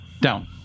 down